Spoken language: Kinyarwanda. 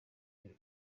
ibyo